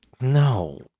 No